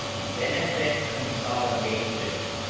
benefit consolidation